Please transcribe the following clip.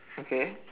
okay